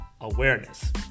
awareness